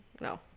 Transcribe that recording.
no